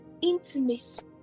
intimacy